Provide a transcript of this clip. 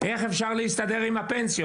איך אפשר להסתדר עם הפנסיות?